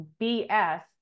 BS